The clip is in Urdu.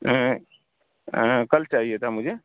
کل چاہیے تھا مجھے